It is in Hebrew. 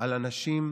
על אנשים,